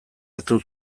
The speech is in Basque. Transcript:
hartu